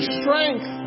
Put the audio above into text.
strength